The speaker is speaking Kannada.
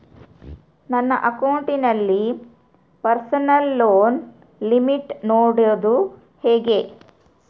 ನನ್ನ ಅಕೌಂಟಿನಲ್ಲಿ ಪರ್ಸನಲ್ ಲೋನ್ ಲಿಮಿಟ್ ನೋಡದು ಹೆಂಗೆ?